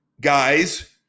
Guys